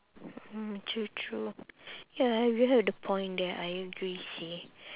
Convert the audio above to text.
mm true true ya you have the point there I agree seh